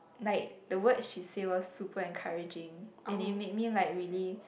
like the word she say was super encouraging and it made me like really